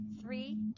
Three